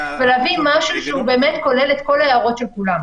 ולהביא משהו שכולל את כל ההערות של כולם.